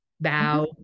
bow